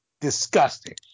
Disgusting